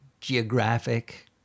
geographic